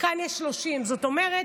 כאן יש 30. זאת אומרת,